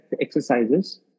exercises